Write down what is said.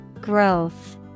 Growth